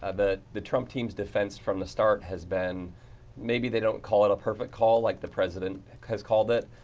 ah the the trump team's defense from the start has been maybe they don't call out a perfect call like the president has called it,